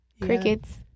Crickets